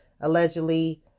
allegedly